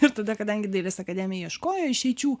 ir tada kadangi dailės akademija ieškojo išeičių